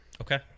Okay